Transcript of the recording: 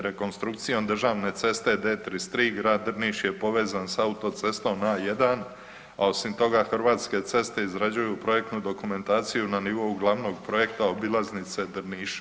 Rekonstrukcijom državne ceste D33 grad Drniš je povezan s autocestom A1, a osim toga Hrvatske ceste izrađuju projektnu dokumentaciju na nivou glavnog projekta obilaznice Drniša.